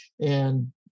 and-